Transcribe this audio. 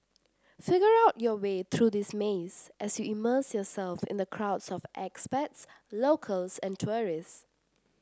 figure out your way through this maze as you immerse yourself in the crowds of expats locals and tourists